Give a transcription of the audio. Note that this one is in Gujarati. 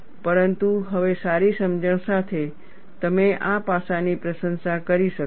પરંતુ હવે સારી સમજણ સાથે તમે આ પાસાની પ્રશંસા કરી શકશો